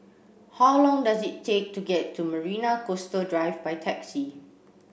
how long does it take to get to Marina Coastal Drive by taxi